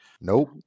Nope